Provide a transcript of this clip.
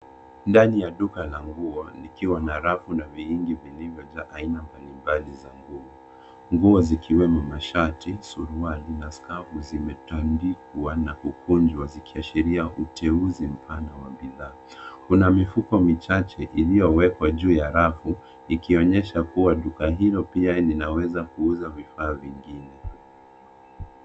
Ndani ya duka la nguo likiwa na rafu na vihingi vilivyojaa aina mbalimbali za nguo. Nguo zikiwemo mashati, suruali na skafu zimetandikwa na kukunjwa zikiashiria uteuzi mpana wa bidhaa. Kuna mifuko michache iliyowekwa juu ya rafu ikionyesha kuwa duka hilo pia linaweza kuuza vifaa vingine.